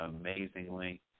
amazingly